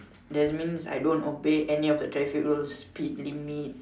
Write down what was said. that means I don't obey any of the traffic rules speed limit